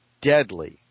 deadly